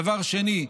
דבר שני,